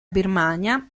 birmania